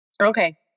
Okay